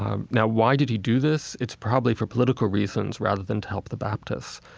um now why did he do this? it's probably for political reasons rather than to help the baptists.